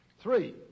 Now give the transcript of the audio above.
Three